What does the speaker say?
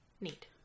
Neat